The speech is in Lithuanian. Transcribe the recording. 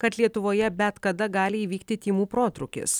kad lietuvoje bet kada gali įvykti tymų protrūkis